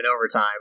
overtime